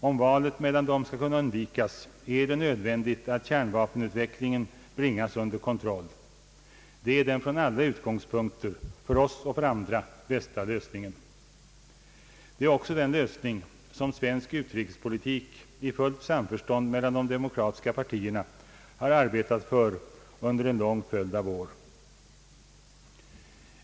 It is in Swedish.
Om valet mellan dem skall kunna undvikas är det nödvändigt att kärnvapenutvecklingen bringas under kontroll. Detta är den från alla utgångspunkter, för oss och för andra, bästa lösningen. Det är också den lösning som svensk utrikespolitik i fullt samförstånd mellan de demokratiska partierna har arbetat för under en lång följd av år.